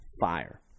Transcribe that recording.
Fire